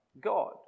God